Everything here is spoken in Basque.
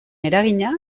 eragina